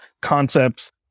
concepts